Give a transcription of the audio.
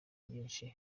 byinshi